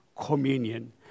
communion